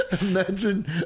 Imagine